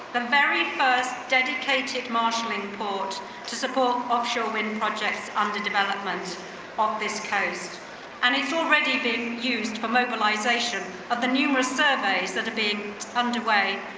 the very first dedicated marshaling port to support offshore wind projects under development of this coast and it's already been used for mobilization of the numerous surveys that are being underway,